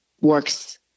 works